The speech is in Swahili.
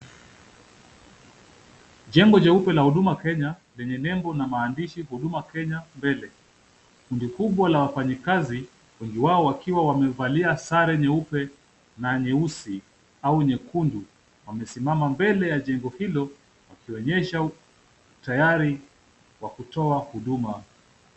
Jengo jeupe la Huduma Kenya lenye nembo na maandishi Huduma Kenya mbele. Kundi kubwa la wafanyikazi wengi wao wakiwa wamevalia sare nyeupe na nyeusi au nyekundu wamesimama mbele ya jengo hilo wakionyesha wako tayari kwa kutoa huduma.